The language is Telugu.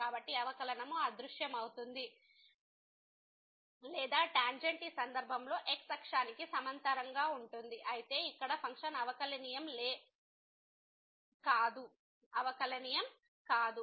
కాబట్టి అవకలనము అదృశ్యమవుతుంది లేదా టాంజెంట్ ఈ సందర్భంలో x అక్షానికి సమాంతరంగా ఉంటుంది అయితే ఇక్కడ ఫంక్షన్ అవకలనియమం లేదు